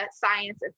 science